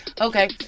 Okay